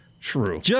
true